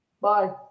Bye